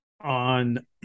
On